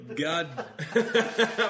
God